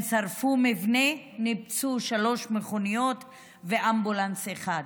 הם שרפו מבנה וניפצו שלוש מכוניות ואמבולנס אחד.